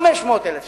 500,000 בחודש.